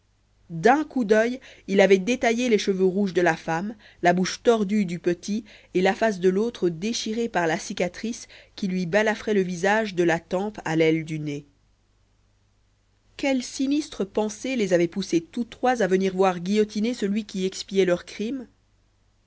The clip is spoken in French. d'un coup d'oeil il avait détaillé les cheveux rouges de la femme la bouche tordue du petit et la face de l'autre déchirée par la cicatrice qui lui balafrait le visage de la tempe à l'aile du nez quelle sinistre pensée les avait poussés tous trois à venir voir guillotiner celui qui expiait leur crime